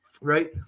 Right